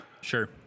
sure